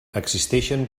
existixen